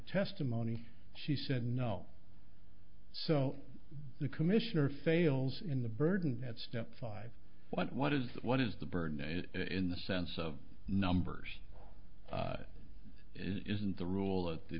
testimony she said no so the commissioner fails in the burden that step five what what is what is the burden in the sense of numbers isn't the rule at the